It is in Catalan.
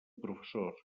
professors